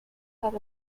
have